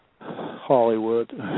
Hollywood